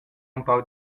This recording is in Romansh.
empau